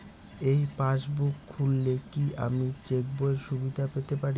এই পাসবুক খুললে কি আমি চেকবইয়ের সুবিধা পেতে পারি?